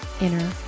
inner